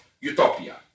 utopia